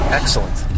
excellent